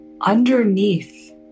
underneath